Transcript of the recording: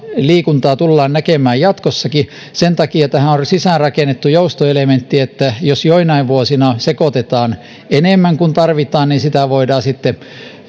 liikuntaa tullaan näkemään jatkossakin sen takia tähän on sisään rakennettu joustoelementti että jos joinain vuosina sekoitetaan enemmän kuin tarvitaan niin sitä voidaan sitten